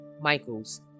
Michaels